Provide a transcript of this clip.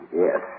yes